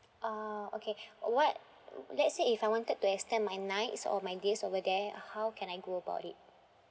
ah okay what let's say if I wanted to extend my nights or my days over there how can I go about it